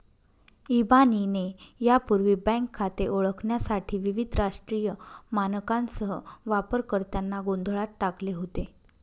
इबानीने यापूर्वी बँक खाते ओळखण्यासाठी विविध राष्ट्रीय मानकांसह वापरकर्त्यांना गोंधळात टाकले होते